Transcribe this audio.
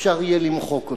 אפשר יהיה למחוק אותו.